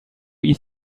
eat